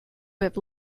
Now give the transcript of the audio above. have